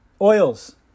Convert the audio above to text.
oils